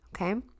okay